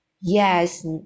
Yes